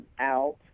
out